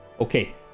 Okay